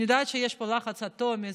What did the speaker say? אני יודעת שיש פה לחץ אטומי.